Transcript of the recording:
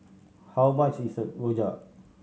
how much is rojak